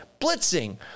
blitzing